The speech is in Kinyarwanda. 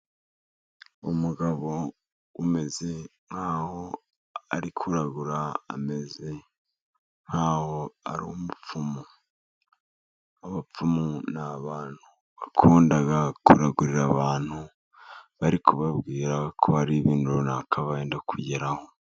Umugabo umeze nkaho ari kuragura, ameze nkaho ari umupfumu. Abapfumu ni abantu bakunda kuragurira abantu, bari kubabwira ko hari ibintu runaka benda kugeraho.